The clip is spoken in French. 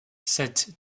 cette